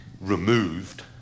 removed